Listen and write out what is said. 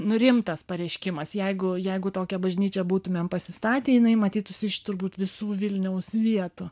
nu rimtas pareiškimas jeigu jeigu tokią bažnyčią būtumėm pasistatę jinai matytųsi iš turbūt visų vilniaus vietų